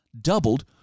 doubled